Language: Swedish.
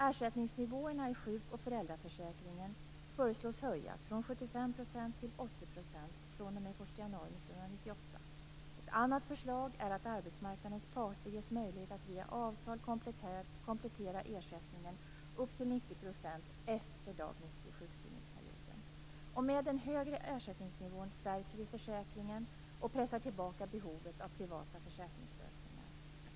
Ersättningsnivåerna i sjuk och föräldraförsäkringen föreslås höjas från 75 % till 80 % Ett annat förslag är att arbetsmarknadens parter ges möjlighet att via avtal komplettera ersättningen upp till 90 % efter dag 90 i sjukskrivningsperioden. Med den högre ersättningsnivån stärker vi försäkringen och pressar tillbaka behovet av privata försäkringslösningar.